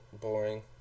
boring